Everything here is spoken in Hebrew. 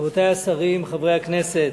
רבותי השרים, חברי הכנסת,